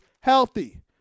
healthy